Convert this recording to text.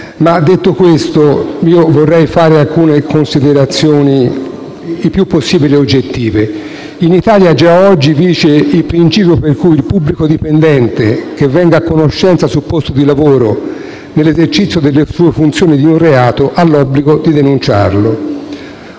Detto questo, vorrei fare alcune considerazioni il più possibile oggettive. In Italia già oggi vige il principio per cui il pubblico dipendente che venga a conoscenza sul posto di lavoro, nell'esercizio delle sue funzioni, di un reato ha l'obbligo di denunciarlo.